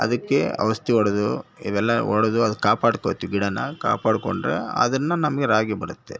ಅದಕ್ಕೆ ಔಷಧಿ ಹೊಡೆದು ಇವೆಲ್ಲ ಹೊಡ್ದು ಕಾಪಾಡ್ಕೊತಿವಿ ಗಿಡನ ಕಾಪಾಡ್ಕೊಂಡ್ರೆ ಅದನ್ನು ನಮಗೆ ರಾಗಿ ಬರುತ್ತೆ